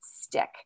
stick